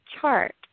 chart